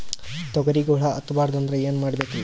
ತೊಗರಿಗ ಹುಳ ಹತ್ತಬಾರದು ಅಂದ್ರ ಏನ್ ಮಾಡಬೇಕ್ರಿ?